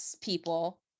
people